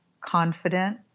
confident